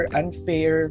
unfair